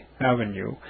Avenue